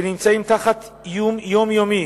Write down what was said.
שנמצאים תחת איום יומיומי,